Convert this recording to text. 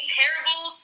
terrible